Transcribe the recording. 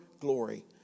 glory